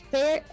Fair